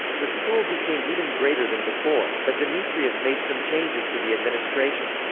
the school became even greater than before, but demetrius made some changes to the administration.